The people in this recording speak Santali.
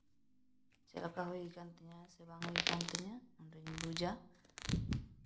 ᱪᱮᱫ ᱞᱮᱠᱟ ᱦᱩᱭ ᱠᱟᱱ ᱛᱤᱧᱟᱹ ᱥᱮ ᱵᱟᱝ ᱦᱩᱭ ᱠᱟᱱ ᱛᱤᱧᱟᱹ ᱚᱸᱰᱮᱧ ᱵᱩᱡᱟ